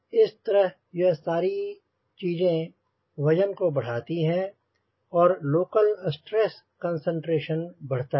इस तरह यह सारी चीजें वजन को बढ़ाती हैं और लोकल स्ट्रेस कंसंट्रेशन बढ़ता है